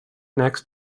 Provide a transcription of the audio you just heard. next